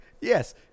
Yes